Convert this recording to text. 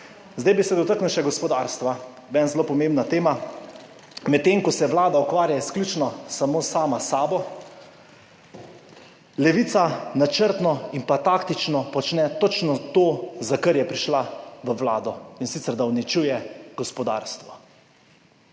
Zdaj bi se dotaknil še gospodarstva, meni zelo pomembne teme. Medtem ko se vlada ukvarja izključno sama s sabo, Levica načrtno in taktično počne točno to, za kar je prišla v vlado, in sicer da uničuje gospodarstvo.